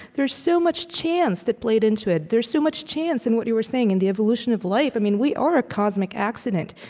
there's so much chance that played into it. there's so much chance in what you were saying in the evolution of life and we are a cosmic accident.